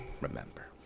remember